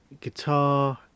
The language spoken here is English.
guitar